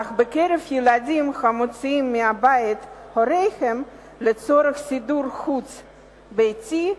אך בקרב ילדים המוצאים מבית הוריהם לצורך סידור חוץ-ביתי,